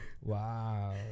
wow